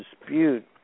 dispute